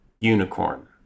unicorn